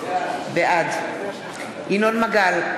בעד ינון מגל,